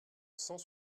cent